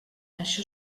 això